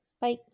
bye